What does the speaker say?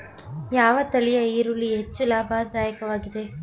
ಯಾವ ತಳಿಯ ಈರುಳ್ಳಿ ಹೆಚ್ಚು ಲಾಭದಾಯಕವಾಗಿದೆ?